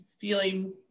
feeling